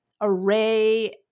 array